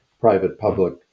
private-public